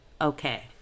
okay